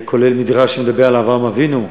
כולל מדרש שמדבר על אברהם אבינו,